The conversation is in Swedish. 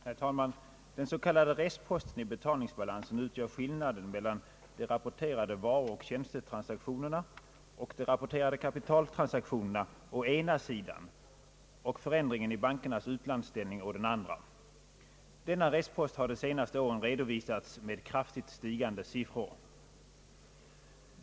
Herr talman! Den s.k. restposten i betalningsbalansen utgör skillnaden mellan de rapporterade varuoch tjänstetransaktionerna och de rapporterade kapitaltransaktionerna å ena sidan och förändringen i bankernas utlandsställning å den andra. Denna restpost har de senaste åren redovisats med kraftigt stigande siffror.